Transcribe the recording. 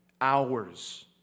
Hours